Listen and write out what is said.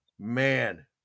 man